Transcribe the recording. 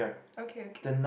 okay okay